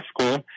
School